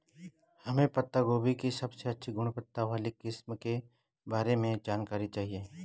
हमें पत्ता गोभी की सबसे अच्छी गुणवत्ता वाली किस्म के बारे में जानकारी चाहिए?